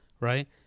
Right